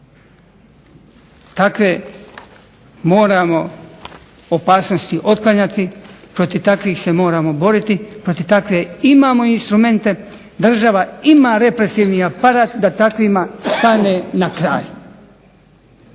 Takve moramo opasnosti otklanjati, protiv takvih se moramo boriti, protiv takvih imamo instrumente, država ima represivni aparat da takvima stane na kraj.